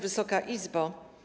Wysoka Izbo!